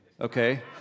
okay